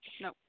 No